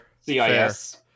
CIS